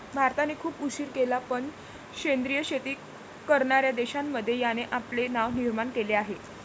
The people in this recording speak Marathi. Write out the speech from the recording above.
भारताने खूप उशीर केला पण सेंद्रिय शेती करणार्या देशांमध्ये याने आपले नाव निर्माण केले आहे